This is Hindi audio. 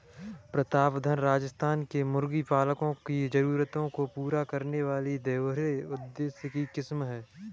प्रतापधन राजस्थान के मुर्गी पालकों की जरूरतों को पूरा करने वाली दोहरे उद्देश्य की किस्म है